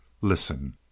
Listen